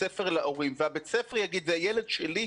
הספר להורים ובית הספר יאמר שזה הילד שלו,